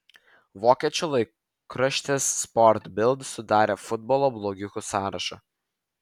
vokiečių laikraštis sport bild sudarė futbolo blogiukų sąrašą